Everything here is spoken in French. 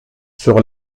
sur